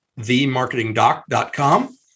themarketingdoc.com